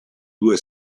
due